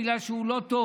בגלל שהוא לא טוב,